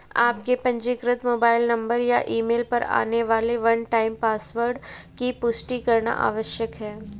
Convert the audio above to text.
आपके पंजीकृत mobile number या ईमेल पर आने वाले वन टाइम पासवर्ड की पुष्टि करना आवश्यक है